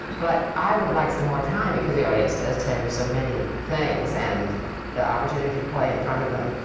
but i would like some more time, because the audience does tell you so many things. and the opportunity to play in front of them,